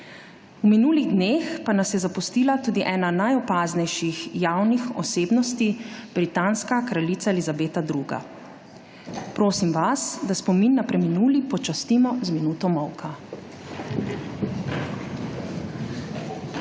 V minulih dneh pa nas je zapustila tudi ena najopaznejših javnih osebnosti, britanska kraljica Elizabeta II. Prosim vas, da spomin na preminuli počastimo z minuto molka.